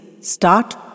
Start